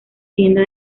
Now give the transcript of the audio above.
tienda